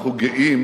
אנחנו גאים